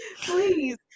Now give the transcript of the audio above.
please